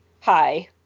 hi